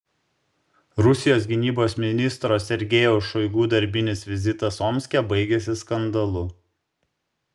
rusijos gynybos ministro sergejaus šoigu darbinis vizitas omske baigėsi skandalu